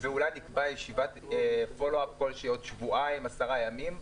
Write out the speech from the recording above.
ואולי נקבע ישיבת מעקב עוד שבועיים או עשרה ימים,